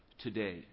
today